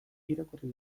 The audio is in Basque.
irakurri